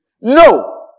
No